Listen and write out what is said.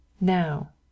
Now